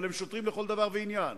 אבל הם שוטרים לכל דבר ועניין.